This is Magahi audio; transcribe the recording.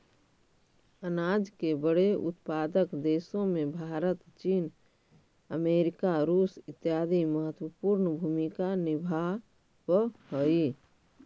अनाज के बड़े उत्पादक देशों में भारत चीन अमेरिका रूस इत्यादि महत्वपूर्ण भूमिका निभावअ हई